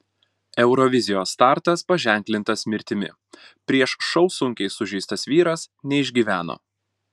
eurovizijos startas paženklintas mirtimi prieš šou sunkiai sužeistas vyras neišgyveno